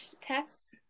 tests